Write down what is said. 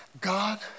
God